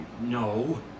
no